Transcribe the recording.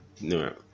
no